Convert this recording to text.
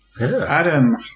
Adam